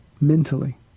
mentally